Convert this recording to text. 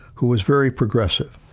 who was very progressive,